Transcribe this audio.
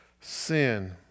sin